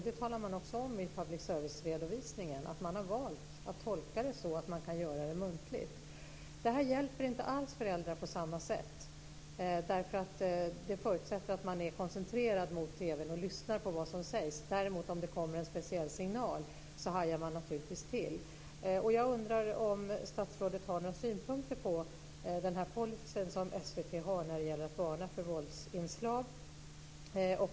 Man talar också om i public serviceredovisningen att man har valt att tolka det så att man kan göra det muntligt. Det här hjälper inte alls föräldrar på samma sätt. Det förutsätter att man är koncentrerad mot TV:n och lyssnar på vad som sägs. Om det däremot kommer en speciell signal hajar man naturligtvis till.